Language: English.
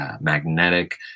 magnetic